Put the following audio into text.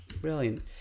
Brilliant